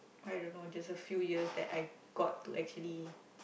I don't know just a few years that I got to actually